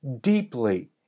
deeply